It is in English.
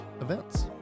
Events